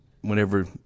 whenever